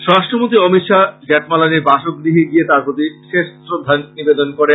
স্বরাষ্ট্রমন্ত্রী অমিত শাহ জেঠমালানীর বাসগৃহে গিয়ে তাঁর প্রতি শেষ শ্রদ্ধা নিবেদন করেন